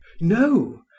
No